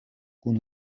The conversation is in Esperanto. kun